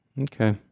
Okay